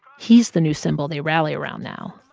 he's the new symbol they rally around now.